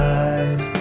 eyes